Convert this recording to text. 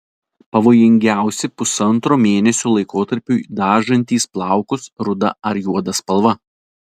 pavojingiausi pusantro mėnesio laikotarpiui dažantys plaukus ruda ar juoda spalva